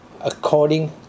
according